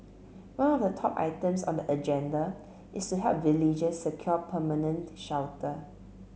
one of the top items on the agenda is to help villagers secure permanent shelter